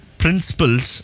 principles